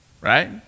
Right